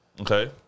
Okay